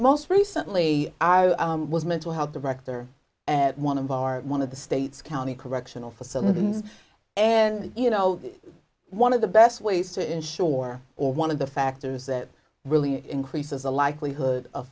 most recently i was mental health director at one of our one of the state's county correctional facilities and you know one of the best ways to ensure or one of the factors that really increases the likelihood of